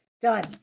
done